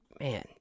Man